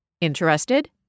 Interested